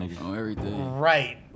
right